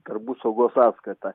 darbų saugos sąskaita